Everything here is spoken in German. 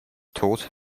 tod